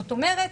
זאת אומרת,